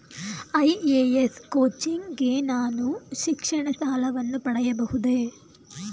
IAS coaching ಗೆ ನಾನು ಶಿಕ್ಷಣ ಸಾಲವನ್ನು ಪಡೆಯಬಹುದೇ?